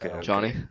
Johnny